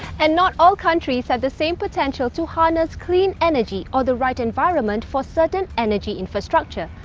and not all countries have the same potential to harness clean energy or the right environment for certain energy infrastructure.